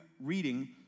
reading